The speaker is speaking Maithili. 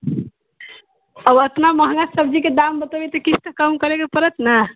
आब उतना महँगा सब्जीके दाम बतेबै तऽ किछु तऽ कम करयके पड़त ने